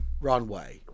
runway